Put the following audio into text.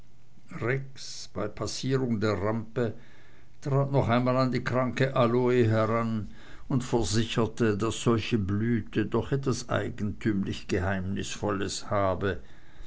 bei passierung der rampe trat noch einmal an die kranke aloe heran und versicherte daß solche blüte doch etwas eigentümlich geheimnisvolles habe